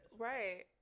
Right